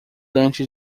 antes